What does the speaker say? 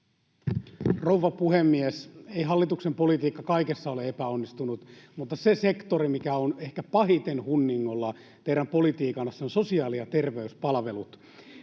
Rouva puhemies! Ei hallituksen politiikka kaikessa ole epäonnistunut, mutta se sektori, mikä on ehkä pahiten hunningolla teidän politiikassanne, on sosiaali- ja terveyspalvelut.